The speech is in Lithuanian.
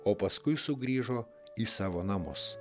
o paskui sugrįžo į savo namus